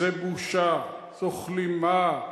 זו בושה, זו כלימה,